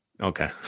Okay